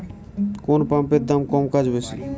কোন পাম্পের দাম কম কাজ বেশি?